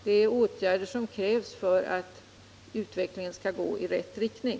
Det är åtgärder som krävs för att utvecklingen skall gå i rätt riktning.